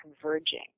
converging